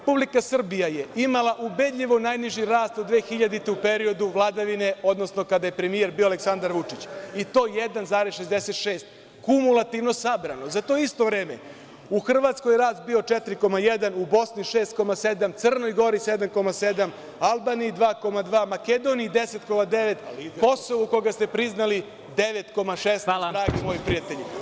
Republika Srbija je imala ubedljivo najniži rast u 2000. godini u periodu vladavine, odnosno kada je premijer bio Aleksandar Vučić i to 1,66% kumulativno sabrano, za to isto vreme u Hrvatskoj je rast bio 4,1% u Bosni 6,7% u Crnoj Gori 7,7%, u Albaniji 2,2%, Makedoniji 10,9%, u Kosovu koga ste priznali 9,16% dragi moji prijatelji.